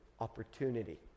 opportunity